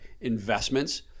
investments